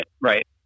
right